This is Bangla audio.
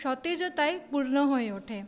সতেজতায় পূর্ণ হয়ে ওঠে